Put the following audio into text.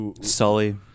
Sully